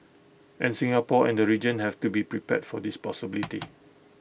and Singapore and the region have to be prepared for this possibility